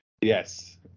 yes